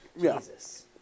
Jesus